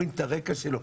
אומרים את הרקע שלו,